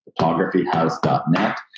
photographyhouse.net